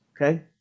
Okay